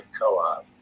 Co-op